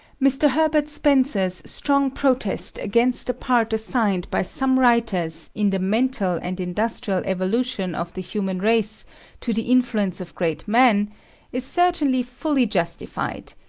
mr. herbert spencer's strong protest against the part assigned by some writers in the mental and industrial evolution of the human race to the influence of great men is certainly fully justified,